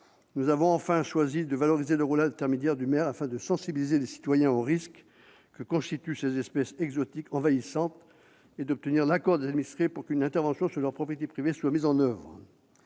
Nous avons enfin choisi de valoriser le rôle d'intermédiaire du maire, afin de sensibiliser les citoyens aux risques que constituent ces espèces exotiques envahissantes et d'obtenir l'accord des administrés pour qu'une intervention sur leur propriété privée soit mise en oeuvre.